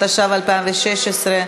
התשע"ו 2016,